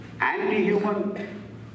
Anti-human